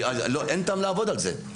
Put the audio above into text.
אין טעם לעבוד על זה,